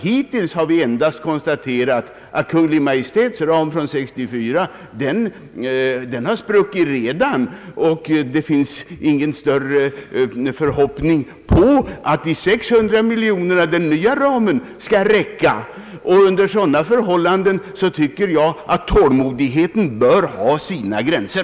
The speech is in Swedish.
Hittills har vi endast konstaterat att Kungl. Maj:ts ram från 1964 redan har spruckit, och det finns ingen större förhoppning att den nya ramen på 600 miljoner kan räcka. Under sådana förhållanden tycker jag att tålamodet bör ha sina gränser.